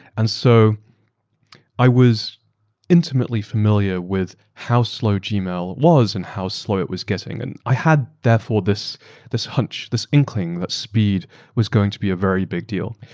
and so i was intimately familiar with how slow gmail was and how slow it was getting. and i had therefore this this hunch, this inkling that speed was going to be a very big deal.